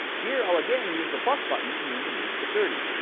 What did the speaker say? here, i'll again use the plus button to move the minutes to thirty.